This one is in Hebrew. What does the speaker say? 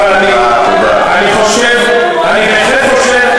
אבל אני בהחלט חושב,